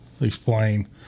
explain